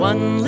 One